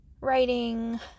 writing